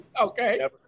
Okay